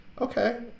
okay